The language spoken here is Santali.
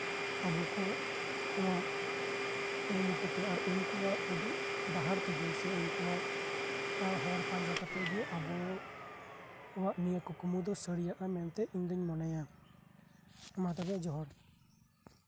ᱩᱱᱠᱩ ᱠᱚᱣᱟᱜ ᱠᱩᱨᱩᱢᱩᱴᱩᱛᱮ ᱩᱱᱠᱩᱣᱟᱜ ᱩᱫᱩᱜ ᱰᱟᱦᱟᱨ ᱛᱮᱜᱮ ᱥᱮ ᱩᱱᱠᱩᱣᱟᱜ ᱦᱚᱨ ᱯᱟᱸᱡᱟ ᱠᱟᱛᱮᱫ ᱜᱮ ᱟᱵᱚ ᱠᱚᱣᱟᱜ ᱱᱤᱭᱟᱹ ᱠᱩᱠᱢᱩ ᱫᱚ ᱥᱟᱹᱨᱤᱭᱟᱜᱼᱟ ᱢᱮᱱᱛᱮ ᱤᱧ ᱫᱩᱧ ᱢᱚᱱᱮᱭᱟ ᱢᱟ ᱛᱚᱵᱮ ᱡᱚᱦᱟᱨ